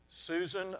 Susan